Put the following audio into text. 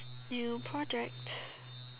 new project